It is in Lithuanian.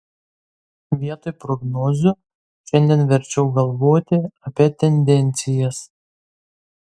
vietoj prognozių šiandien verčiau galvoti apie tendencijas